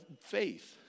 faith